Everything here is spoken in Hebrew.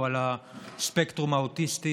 הוא על הספקטרום האוטיסטי.